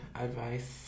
advice